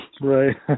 Right